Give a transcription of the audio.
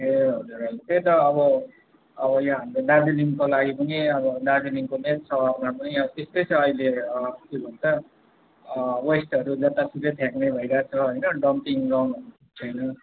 ए हुजर हजुर त्यही त अब अब यहाँ हाम्रो दार्जिलङको लागि पनि अब दार्जिलिङको मेन सहरमा पनि अब त्यस्तै छ अहिले के भन्छ वेस्टहरू जताततै फ्याँक्ने भइरहेको छ होइन डम्पिङ ग्राउन्डहरू छैन